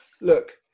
Look